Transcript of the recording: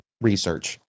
research